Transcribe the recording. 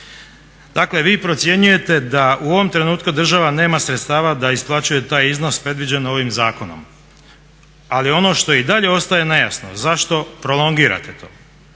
Dakle vi procjenjujete da u ovom trenutku država nema sredstava da isplaćuje taj iznos predviđen ovim zakonom, ali ono što i dalje ostaje nejasno, zašto prolongirate to,